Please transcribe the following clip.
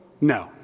No